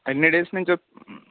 ఎన్ని డేస్ నుంచి వస్తు